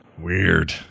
Weird